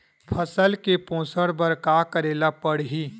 फसल के पोषण बर का करेला पढ़ही?